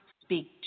speak